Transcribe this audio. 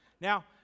Now